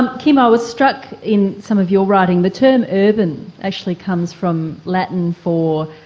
um kim, i was struck in some of your writing, the term urban actually comes from latin for